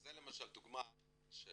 זו למשל דוגמה של